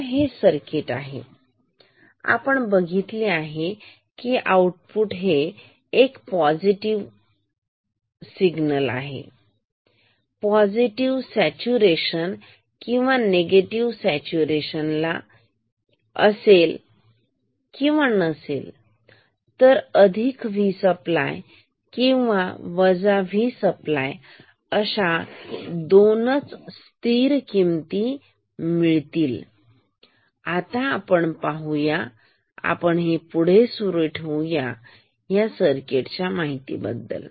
तर हे सर्किट आहे आपण बघितले आहे की आउटपुट हे एक तर पॉझिटिव्ह असेल पॉझिटिव्ह सॅच्युरेशन किंवा निगेटिव्ह सॅच्युरेशन किंवा नसेल तर अधिक V सप्लाय किंवा V सप्लाय दोनच स्थिर किमती असतील आता आपण पाहूया आपण हे पुढे सुरू ठेवूया या सर्किट बरोबर